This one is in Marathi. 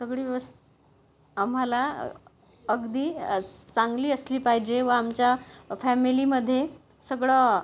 सगळी व्यवस् आम्हाला अगदी चांगली असली पाहिजे व आमच्या फॅमिलीमध्ये सगळं